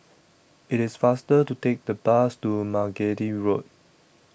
IT IS faster to Take The Bus to Margate Road